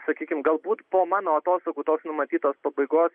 sakykim galbūt po mano atostogų tos numatytos pabaigos